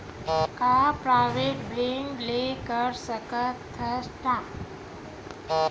का private bank ले कर सकत हन?